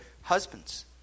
husbands